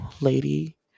lady